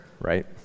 right